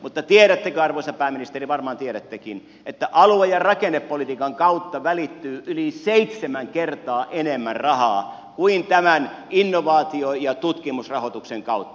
mutta tiedättekö arvoisa pääministeri varmaan tiedättekin että alue ja rakennepolitiikan kautta välittyy yli seitsemän kertaa enemmän rahaa kuin tämän innovaatio ja tutkimusrahoituksen kautta